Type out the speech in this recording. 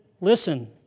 Listen